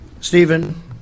Stephen